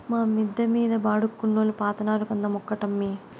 మా మిద్ద మీద బాడుగకున్నోల్లు పాతినారు కంద మొక్కటమ్మీ